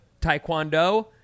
Taekwondo